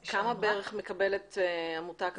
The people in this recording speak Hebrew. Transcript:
אז כמה בערך מקבלת עמותה כזאת?